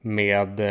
med